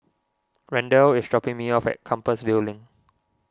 Randell is dropping me off at Compassvale Link